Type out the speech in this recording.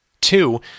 Two